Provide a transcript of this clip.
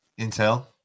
Intel